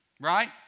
right